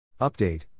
Update